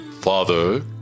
Father